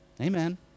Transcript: Amen